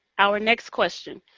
our next question.